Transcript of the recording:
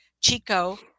Chico